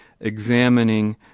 examining